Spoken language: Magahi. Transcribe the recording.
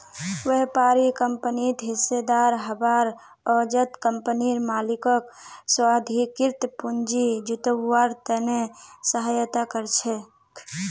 व्यापारी कंपनित हिस्सेदार हबार एवजत कंपनीर मालिकक स्वाधिकृत पूंजी जुटव्वार त न सहायता कर छेक